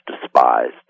despised